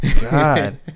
god